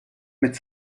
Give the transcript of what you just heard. mit